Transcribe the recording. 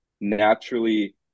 Naturally